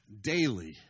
daily